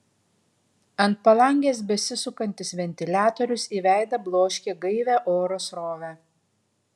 ant palangės besisukantis ventiliatorius į veidą bloškė gaivią oro srovę